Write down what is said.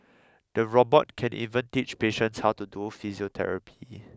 the robot can even teach patients how to do physiotherapy